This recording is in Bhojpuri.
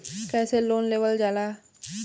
कैसे लोन लेवल जाला?